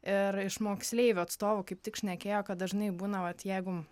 ir iš moksleivių atstovų kaip tik šnekėjo kad dažnai būna vat jeigu